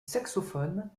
saxophone